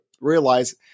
realize